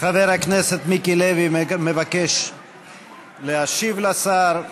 חבר הכנסת מיקי לוי מבקש להשיב לשר,